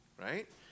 Right